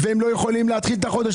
ואנשים לא יכולים להתחיל את החודש,